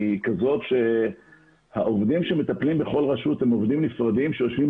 היא כזאת שהעובדים שמטפלים בכל רשות הם עובדים נפרדים שיושבים